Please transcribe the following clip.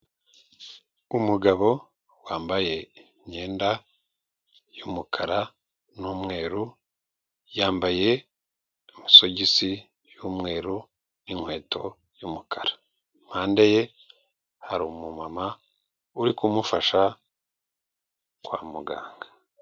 Umugabo wambaye imyenda y'umukara n'umweru, yambaye amasogisi y'umweru n'inkweto y'umukara, i mpande ye hari umu mama uri kumufasha kwa muganga.